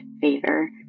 favor